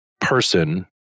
person